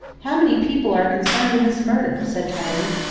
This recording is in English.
how many people are concerned in this murder? said tarling.